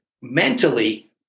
mentally